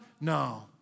No